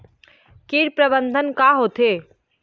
कीट प्रबंधन का होथे?